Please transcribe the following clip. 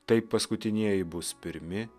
taip paskutinieji bus pirmi